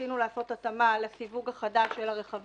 ניסינו לעשת התאמה לסיווג החדש של הרכבים,